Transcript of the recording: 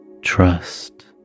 trust